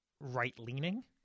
right-leaning